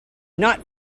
not